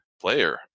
player